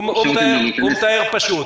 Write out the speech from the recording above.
הוא מתאר פשוט.